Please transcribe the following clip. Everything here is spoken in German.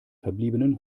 verbliebenen